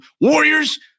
Warriors